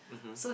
mmhmm